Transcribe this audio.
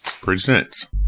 Presents